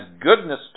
goodness